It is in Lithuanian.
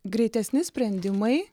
greitesni sprendimai